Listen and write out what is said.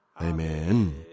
Amen